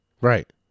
right